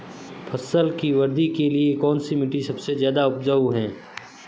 फसल की वृद्धि के लिए कौनसी मिट्टी सबसे ज्यादा उपजाऊ है?